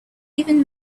even